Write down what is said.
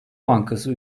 bankası